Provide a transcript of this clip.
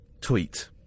tweet